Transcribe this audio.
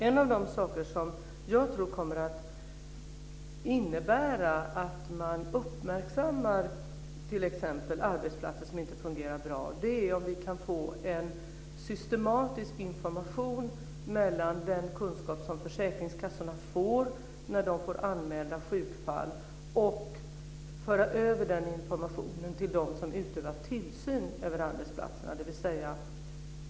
En av de saker som jag tror kommer att innebära att man uppmärksammar t.ex. arbetsplatser som inte fungerar bra är om vi kan få en systematisk information, så att den kunskap som försäkringskassorna får när de får anmälda sjukfall förs över till dem som utövar tillsyn över arbetsplatserna, dvs.